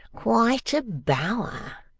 quite a bower!